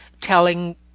telling